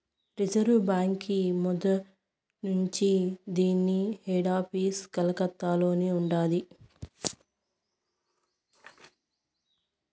reserve బాంకీ మొదట్నుంచీ దీన్ని హెడాపీసు కలకత్తలోనే ఉండాది